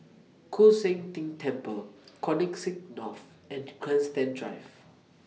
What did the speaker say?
Koon Seng Ting Temple Connexis North and Grandstand Drive